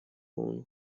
own